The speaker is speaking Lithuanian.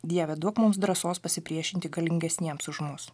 dieve duok mums drąsos pasipriešinti galingesniems už mus